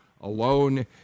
alone